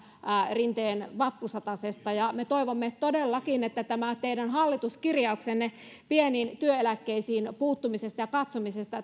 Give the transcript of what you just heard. rinteen vappusatasesta me toivomme todellakin että te käynnistätte tämän teidän hallituskirjauksenne mukaisen työn pieniin työeläkkeisiin puuttumisesta ja katsomisesta